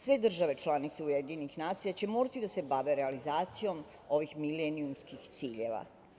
Sve države članice Ujedinjenih nacija će morati da se bave realizacijom ovih milenijumskih ciljeva.